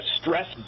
stress